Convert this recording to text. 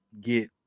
get